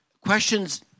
Questions